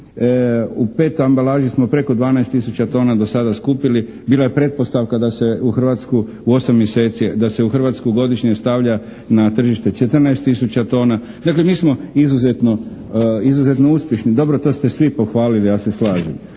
U pet ambalaži smo preko 12 tisuća tona do sada skupili. Bila je pretpostavka da se u Hrvatsku osam mjeseci, da se u Hrvatsku godišnje stavlja na tržište 14 tisuća tona. Dakle, mi smo izuzetno uspješni. Dobro, to ste svi pohvalili i ja se slažem.